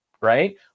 right